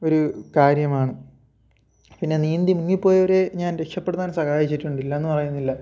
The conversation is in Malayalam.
ഒരു കാര്യമാണ് പിന്നെ നീന്തി മുങ്ങിപ്പോയവരെ ഞാൻ രക്ഷപ്പെടുത്താൻ സഹായിച്ചിട്ടുണ്ട് ഇല്ലായെന്ന് പറയുന്നില്ല